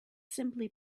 simply